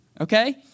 Okay